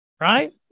right